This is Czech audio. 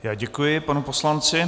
Já děkuji panu poslanci.